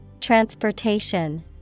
Transportation